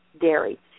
dairy